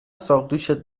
ساقدوشت